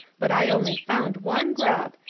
but i only found one grub.